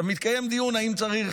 מתקיים דיון אם צריך,